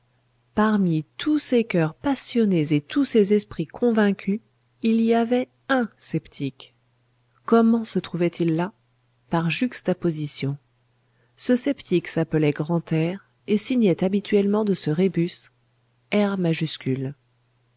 parmi tous ces coeurs passionnés et tous ces esprits convaincus il y avait un sceptique comment se trouvait-il là par juxtaposition ce sceptique s'appelait grantaire et signait habituellement de ce rébus r